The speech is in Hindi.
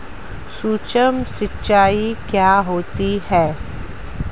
सुक्ष्म सिंचाई क्या होती है?